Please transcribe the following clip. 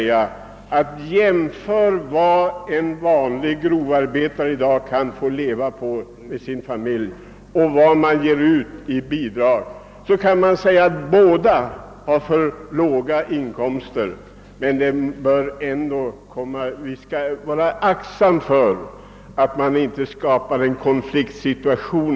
Gör man en jämförelse mellan vad en grovarbetare och hans familj skall leva av och de belopp som betalas ut i bidrag till studerande, så finner man att det i bägge fallen handlar om låga inkomster. Jag vågar emellertid påstå att vi bör vara försiktiga, så att vi inte skapar en konfliktsituation.